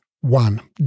One